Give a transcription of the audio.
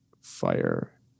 fire